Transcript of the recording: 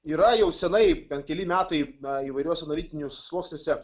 yra jau senai ten keli metai įvairiuose analitiniuose sluoksniuose